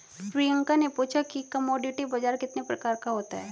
प्रियंका ने पूछा कि कमोडिटी बाजार कितने प्रकार का होता है?